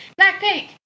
Blackpink